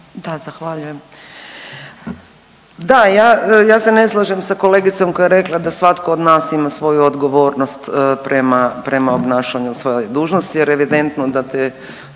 Da, zahvaljujem. Da, ja, ja se ne slažem sa kolegicom koja je rekla da svatko od nas ima svoju odgovornost prema, prema obnašanju svoje dužnost jer je evidentno da te